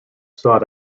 sought